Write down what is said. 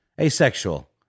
Asexual